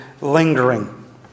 lingering